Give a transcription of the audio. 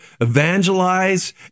evangelize